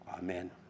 Amen